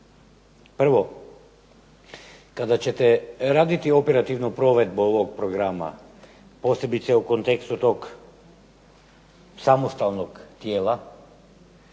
Prvo, kada ćete raditi operativnu provedbu ovog programa, posebice u kontekstu tog samostalnog tijela,